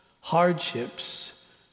hardships